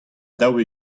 daou